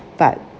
but